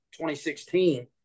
2016